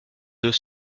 deux